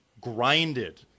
grinded